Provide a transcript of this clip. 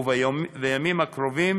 ובימים הקרובים